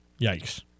Yikes